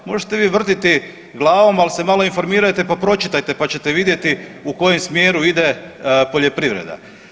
Možete vi vrtiti glavom, ali se malo informirajte pa pročitajte, pa ćete vidjeti u kojem smjeru ide poljoprivreda.